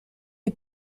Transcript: est